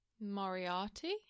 Moriarty